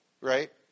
right